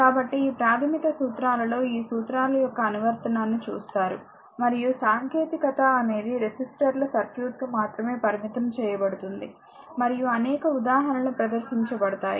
కాబట్టి ఈ ప్రాథమిక సూత్రాల లో ఈ సూత్రాల యొక్క అనువర్తనాన్ని చూస్తారు మరియు సాంకేతికత అనేది రెసిస్టర్ల సర్క్యూట్కు మాత్రమే పరిమితం చేయబడుతుంది మరియు అనేక ఉదాహరణలు ప్రదర్శించబడతాయి